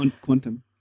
Quantum